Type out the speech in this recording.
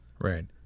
right